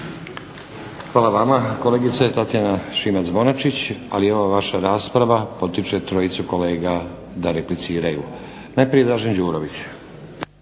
Hvala vama kolegice Tatjana Šimac-Bonačić, ali ova vaša rasprava potiče trojicu kolega da repliciraju. Najprije Dražen Đurović.